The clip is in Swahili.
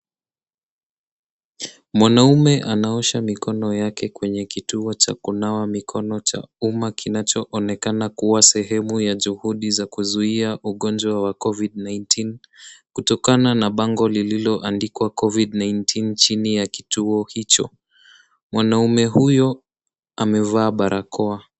Mwanaume anaosha mikono yake kwenye kituo cha kunawa mikono cha umma kinachoonekana kuwa sehemu ya juhudi za kuzuia ugonjwa wa COVID-19 , kutokana na bango lililoandikwa COVID-19 chini ya kituo hicho. Mwanaume huyo amevaa barakoa.